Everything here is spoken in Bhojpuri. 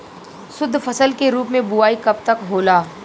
शुद्धफसल के रूप में बुआई कब तक होला?